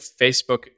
Facebook